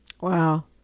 Wow